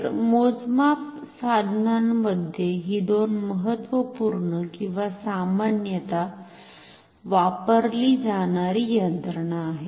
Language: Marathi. तर मोजमाप साधनांमध्ये ही दोन महत्त्वपूर्ण किंवा सामान्यत वापरली जाणारी यंत्रणा आहेत